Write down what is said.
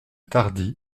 tardy